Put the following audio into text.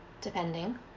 depending